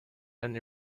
and